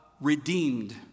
redeemed